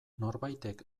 norbaitek